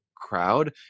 crowd